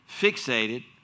fixated